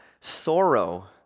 sorrow